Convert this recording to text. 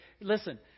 Listen